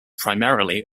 primarily